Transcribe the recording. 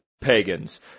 pagans